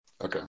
Okay